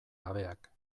gabeak